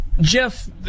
Jeff